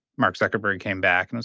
mark zuckerberg came back and was,